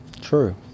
True